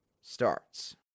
starts